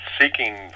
seeking